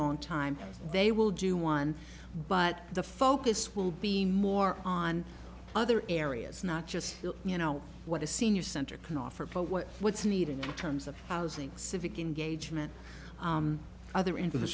long time they will do one but the focus will be more on other areas not just you know what a senior center can offer but what what's needed in terms of housing civic engagement other end of the